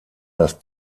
das